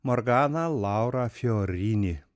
morganą laurą fiorini